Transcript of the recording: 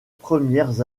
premières